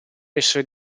essere